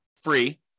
free